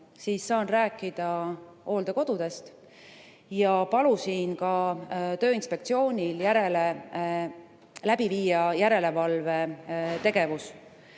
siis saan rääkida hooldekodudest. Palusin ka Tööinspektsioonil läbi viia järelevalvetegevus,